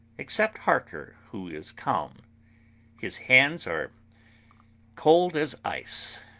except harker, who is calm his hands are cold as ice,